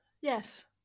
yes